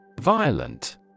Violent